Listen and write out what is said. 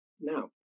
now